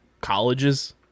colleges